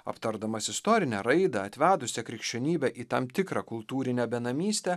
aptardamas istorinę raidą atvedusią krikščionybę į tam tikrą kultūrinę benamystę